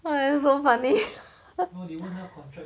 !wah! that's so funny